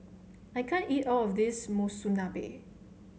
I can't eat all of this Monsunabe